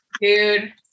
Dude